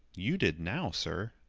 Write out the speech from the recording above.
you did now, sir.